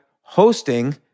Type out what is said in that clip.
hosting